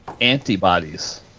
antibodies